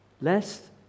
Lest